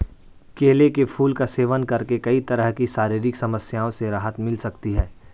केले के फूल का सेवन करके कई तरह की शारीरिक समस्याओं से राहत मिल सकती है